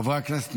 חברי הכנסת,